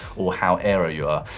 or how aero you are.